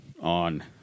on